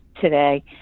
today